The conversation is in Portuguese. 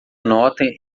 nota